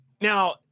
now